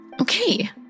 Okay